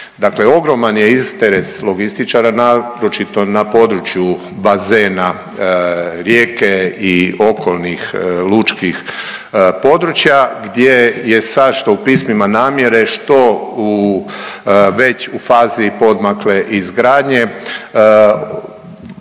Dakle, ogroman je interes logističara naročito na području bazena Rijeke i okolnih lučkih područja gdje je sad što u pismima namjere što u već u fazi poodmakle izgradnje